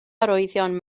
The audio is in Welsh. arwyddion